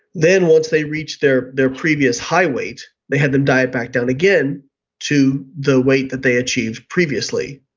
then once they reached their their previous high weight they had them diet back down again to the weight that they achieved previously.